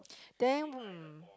then